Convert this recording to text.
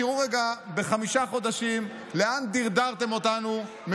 תראו רגע לאן דרדרתם אותנו בחמישה חודשים,